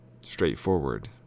straightforward